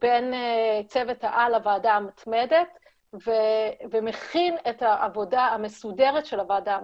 בין צוות העל לוועדה המתמדת ומכין את העבודה המסודרת של הוועדה המתמדת.